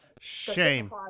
Shame